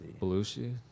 belushi